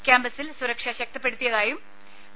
ക്യാമ്പസിൽ സുരക്ഷ ശക്തിപ്പെടുത്തിയതായും വി